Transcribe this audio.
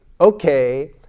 okay